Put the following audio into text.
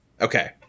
Okay